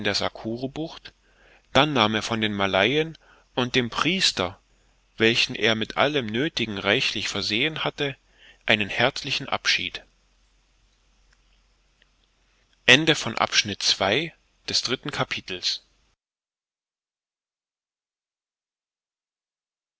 der sakurubucht dann nahm er von den malayen und dem priester welchen er mit allem nöthigen reichlich versehen hatte einen herzlichen abschied